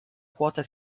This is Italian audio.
quota